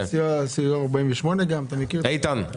איתן,